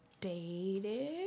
dated